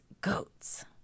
goats